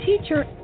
teacher